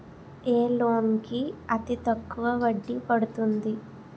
ఏ loan కి అతి తక్కువ వడ్డీ పడుతుంది?